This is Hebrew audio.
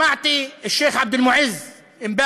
שמעתי אתמול את שיח' עבד אל-מועז (אומר